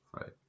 right